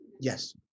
Yes